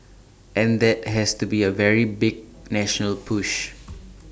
and that has to be A very big national push